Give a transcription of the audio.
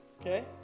Okay